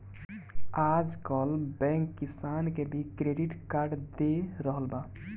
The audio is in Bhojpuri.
आजकल बैंक किसान के भी क्रेडिट कार्ड दे रहल बा